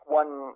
one